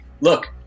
look